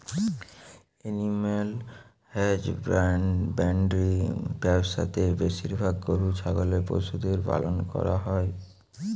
animal husbandry ব্যবসা তে বেশিরভাগ গরু ছাগলের পশুদের পালন করা হই